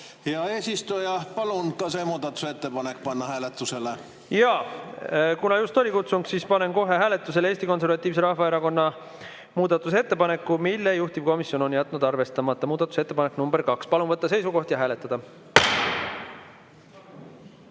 Hea eesistuja, palun see muudatusettepanek panna hääletusele. Jaa. Kuna just oli kutsung, siis panen kohe hääletusele Eesti Konservatiivse Rahvaerakonna muudatusettepaneku, mille juhtivkomisjon on jätnud arvestamata. Muudatusettepanek nr 2. Palun võtta seisukoht ja hääletada!